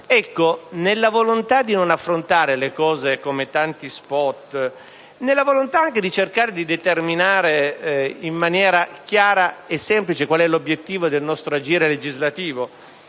nella volontà di non affrontare le cose come tanti *spot* e di cercare di determinare in maniera chiara e semplice l'obiettivo del nostro agire legislativo,